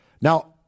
Now